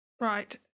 Right